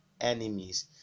enemies